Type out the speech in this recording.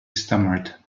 stammered